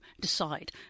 decide